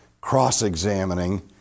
cross-examining